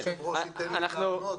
אם היושב ראש ייתן לי לענות.